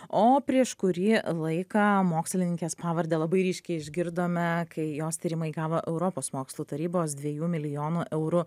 o prieš kurį laiką mokslininkės pavardę labai ryškiai išgirdome kai jos tyrimai gavo europos mokslų tarybos dviejų milijonų eurų